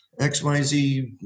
XYZ